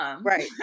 Right